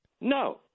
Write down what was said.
No